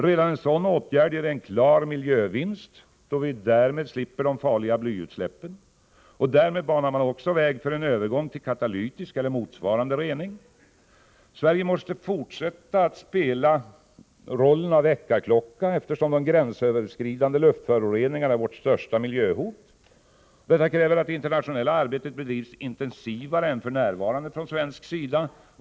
Redan en sådan åtgärd ger en klar miljövinst, då vi därmed slipper ifrån de farliga blyutsläppen. Därmed banar man också väg för en övergång till katalytisk eller motsvarande rening. Sverige måste fortsätta att spela rollen av väckarklocka, eftersom de gränsöverskridande luftföroreningarna är vårt största miljöhot. Detta kräver att det internationella arbetet bedrivs intensivare än f. n. från svensk sida.